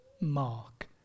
mark